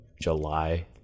July